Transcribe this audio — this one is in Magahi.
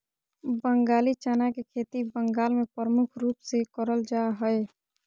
बंगाली चना के खेती बंगाल मे प्रमुख रूप से करल जा हय